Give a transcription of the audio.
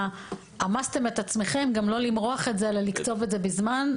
למרוח את זה אלא לקצוב את התקופה בזמן.